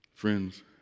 Friends